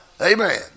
Amen